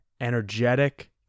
energetic